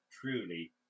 truly